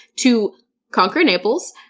to conquer naples,